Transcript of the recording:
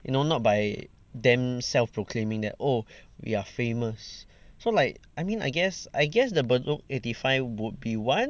you know not by them self proclaiming that oh we are famous so like I mean I guess I guess the bedok eighty five would be one